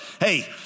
hey